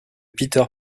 peter